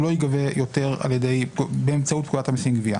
הוא לא ייגבה יותר באמצעות פקודת המסים (גבייה).